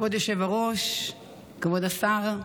כבוד היושב-ראש, כבוד השר,